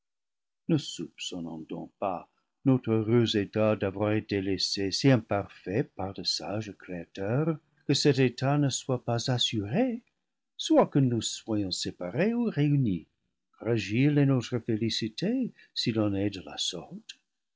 pas notre heureux état d'avoir été laissé si imparfait par le sage créateur que cet état ne soit pas assuré soit que nous soyons séparés ou réunis fragile est notre félicité s'il en est de la sorte